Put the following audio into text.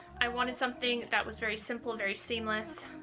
i wanted something that was very simple, very seamless.